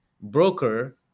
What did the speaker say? broker